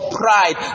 pride